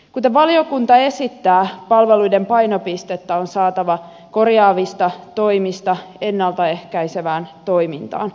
kuten valiokunta esittää palveluiden painopistettä on saatava korjaavista toimista ennalta ehkäisevään toimintaan